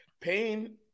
pain